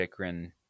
Chikrin